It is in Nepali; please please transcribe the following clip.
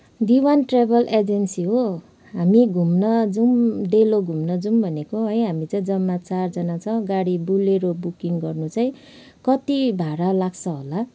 देवान ट्राभल एजेन्सी हो हामी घुम्न जाउँ डेलो घुम्न जाउँ भनेको है हामी चाहिँ जम्मा चारजना छ गाडी बोलेरो बुकिङ गर्नु चाहिँ कति भाडा लाग्छ होला